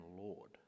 Lord